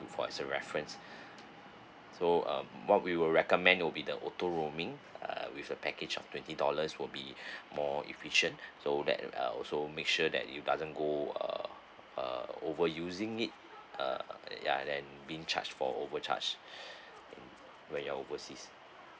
for as a reference so uh what we will recommend will be the auto roaming uh with a package of twenty dollars would be more efficient so that are also make sure that it doesn't go uh uh over using it uh ya then being charged for over charge when you're overseas